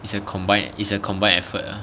it's a combined is a combined effort lah